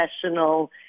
professional